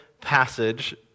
passage